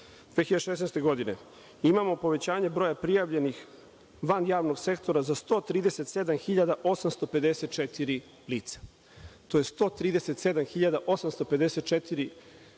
2016. godine imamo povećanje broja prijavljenih van javnog sektora za 137.854 lica, to je 137.854